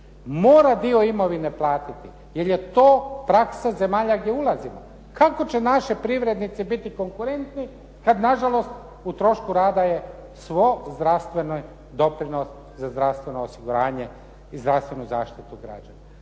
Mora dio imovine platiti, jer je to praksa zemalja gdje ulazimo. Kako će naši privrednici biti konkurentni kad na žalost u trošku rada je svo zdravstveni doprinos za zdravstveno osiguranje i zdravstvenu zaštitu građana.